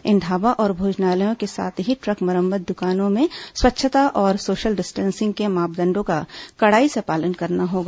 इन ढाबा और भोजनालयों के साथ ही ट्रक मरम्मत दुकानों में स्वच्छता और सोशल डिस्टेसिंग के मापदंडों का कड़ाई से पालन करना होगा